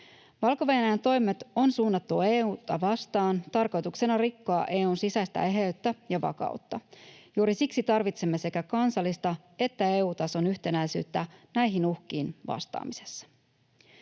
Valko-Venäjän toimet on suunnattu EU:ta vastaan tarkoituksena rikkoa EU:n sisäistä eheyttä ja vakautta. Juuri siksi tarvitsemme sekä kansallista että EU-tason yhtenäisyyttä näihin uhkiin vastaamisessa.